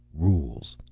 rules.